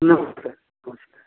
नमस्ते ख़ुश